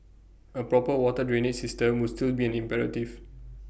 A proper water drainage system would still be an imperative